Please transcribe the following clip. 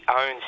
owns